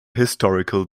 historical